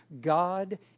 God